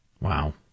Wow